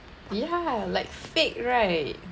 ya like fake right